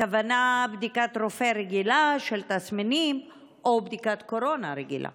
הכוונה לבדיקת רופא רגילה של תסמינים או בדיקת קורונה רגילה?